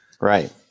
Right